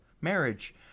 marriage